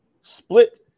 split